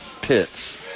pits